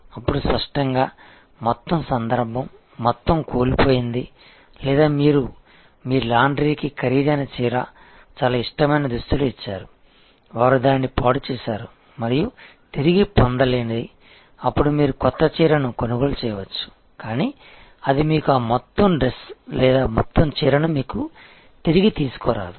అప్పుడు స్పష్టంగా మొత్తం సందర్భం మొత్తం కోల్పోయింది లేదా మీరు మీ లాండ్రీకి ఖరీదైన చీర చాలా ఇష్టమైన దుస్తులు ఇచ్చారు వారు దానిని పాడు చేసారు మరియు తిరిగి పొందలేనిది అప్పుడు మీరు కొత్త చీరను కొనుగోలు చేయవచ్చు కానీ అది మీకు ఆ మొత్తం డ్రెస్ లేదా మొత్తం చీరను మీకు తిరిగి తీసుకురాదు